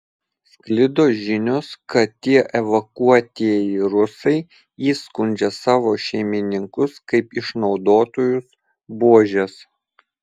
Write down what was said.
sklido žinios kad tie evakuotieji rusai įskundžia savo šeimininkus kaip išnaudotojus buožes